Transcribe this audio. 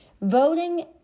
Voting